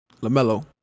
LaMelo